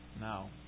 now